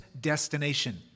destination